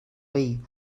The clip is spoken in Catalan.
veí